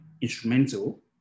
instrumental